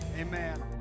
amen